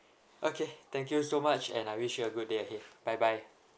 okay thank you so much and I wish you a good day ahead bye bye